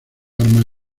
armas